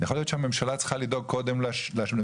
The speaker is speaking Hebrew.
יכול להיות שהממשלה צריכה לדאוג קודם למשילות,